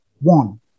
one